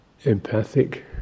empathic